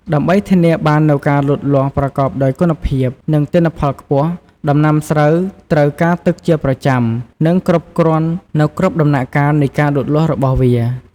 ដើម្បីធានាបាននូវការលូតលាស់ប្រកបដោយគុណភាព និងទិន្នផលខ្ពស់ ដំណាំស្រូវត្រូវការទឹកជាប្រចាំ និងគ្រប់គ្រាន់នៅគ្រប់ដំណាក់កាលនៃការលូតលាស់របស់វា។